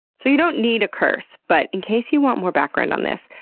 so you don't need a curse. but in case you want more background on this,